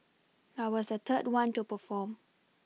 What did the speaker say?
I was the third one to perform